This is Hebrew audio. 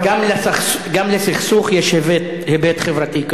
גם לסכסוך יש היבט כלכלי-חברתי.